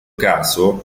caso